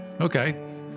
okay